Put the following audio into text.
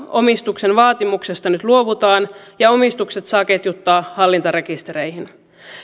omistuksen vaatimuksesta nyt luovutaan ja omistukset saa ketjuttaa hallintarekistereihin